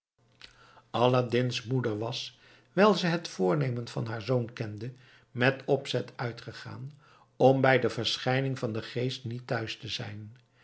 aladdin's moeder was wijl ze het voornemen van haar zoon kende met opzet uitgegaan om bij de verschijning van den geest niet thuis te zijn